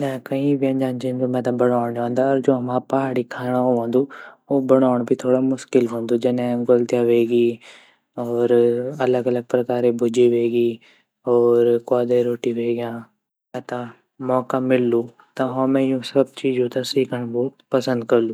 इना कई व्यंजन छिन जु मेते बडोड़ नी औन्दु अर जू हमार पहाड़ी खांडो वोंदु उ थोड़ा बडोड़ भी मुश्किल वोंदु जने ग्वाल्थ्य वेगि होर अलग-अलग प्रकारे भुज्जी वेगि होर कोव्दे रोटि वेगि अगर मेते मौका मिलु ता में ता मैं यूँ सब चीज़ो ते सिखंड पसंद करलु।